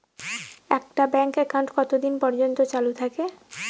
একটা bank account কতদিন পর্যন্ত চালু থাকে?